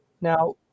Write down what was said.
Now